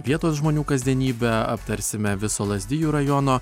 vietos žmonių kasdienybę aptarsime viso lazdijų rajono